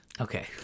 okay